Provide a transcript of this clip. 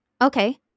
Okay